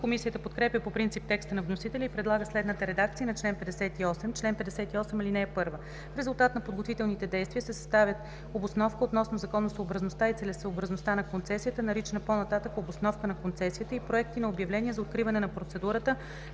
Комисията подкрепя по принцип текста на вносителя и предлага следната редакция на чл. 58: „Чл. 58. (1) В резултат от подготвителните действия се съставят обосновка относно законосъобразността и целесъобразността на концесията, наричана по-нататък „обосновка на концесията“ и проекти на обявление за откриване на процедурата